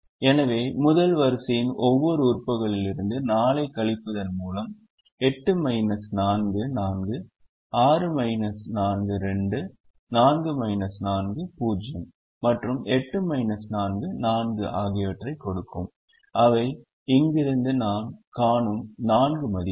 எனவே முதல் வரிசையின் ஒவ்வொரு உறுப்புகளிலிருந்தும் 4 ஐக் கழிப்பதன் மூலம் 8 4 4 6 4 2 4 4 0 மற்றும் 8 4 4 ஆகியவற்றைக் கொடுக்கும் அவை இங்கிருந்து நாம் காணும் நான்கு மதிப்புகள்